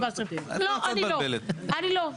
בקטנה,